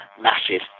massive